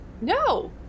No